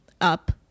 up